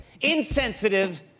insensitive